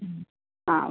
ആ ഓക്കെ